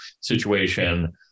situation